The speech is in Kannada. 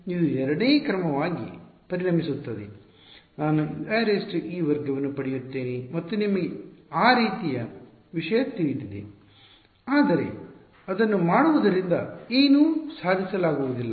ಇದು ಎರಡನೇ ಕ್ರಮವಾಗಿ ಪರಿಣಮಿಸುತ್ತದೆ ನಾನು U ie ವರ್ಗವನ್ನು ಪಡೆಯುತ್ತೇನೆ ಮತ್ತು ನಿಮಗೆ ಆ ರೀತಿಯ ವಿಷಯ ತಿಳಿದಿದೆ ಆದರೆ ಅದನ್ನು ಮಾಡುವುದರಿಂದ ಏನೂ ಸಾಧಿಸಲಾಗುವುದಿಲ್ಲ